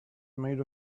made